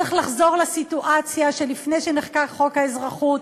צריך לחזור לסיטואציה שלפני חקיקת חוק האזרחות,